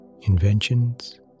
inventions